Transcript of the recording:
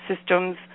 systems